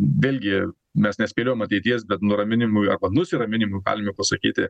vėlgi mes nespėliojam ateities bet nuraminimui arba nusiraminimui galime pasakyti